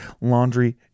Laundry